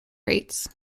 rates